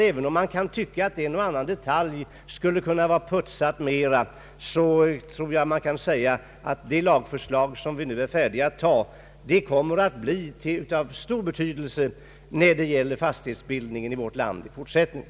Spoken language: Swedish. även om en och annan detalj i förslaget kanske skulle kunna putsas ytterligare, tror jag man lugnt kan säga att det lagförslag som riksdagen nu står färdig att anta kommer att bli av stor betydelse när det gäller fastighetsbildningen i vårt land i fortsättningen.